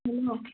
hello